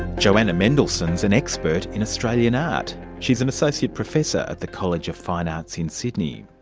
joanna mendelssohn is an expert in australian art. she's an associate professor at the college of fine arts in sydney.